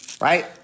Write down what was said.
right